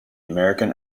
american